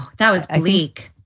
that was a leak.